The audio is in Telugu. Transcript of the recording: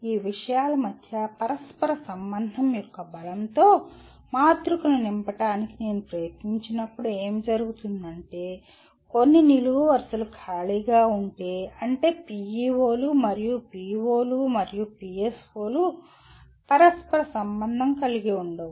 ఈ విషయాల మధ్య పరస్పర సంబంధం యొక్క బలంతో మాతృకను నింపడానికి నేను ప్రయత్నించినప్పుడు ఏమి జరుగుతుందంటే కొన్ని నిలువు వరుసలు ఖాళీగా ఉంటే అంటే PEO లు మరియు PO లు మరియు PSO లు పరస్పర సంబంధం కలిగి ఉండవు